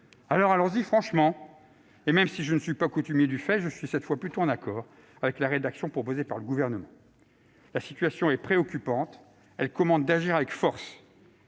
Alors, allons-y franchement ! Et même si je ne suis pas coutumier du fait, je suis cette fois plutôt en accord avec la rédaction proposée par le Gouvernement. La situation est préoccupante ; elle commande d'agir avec force.